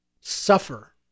Suffer